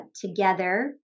together